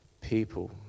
people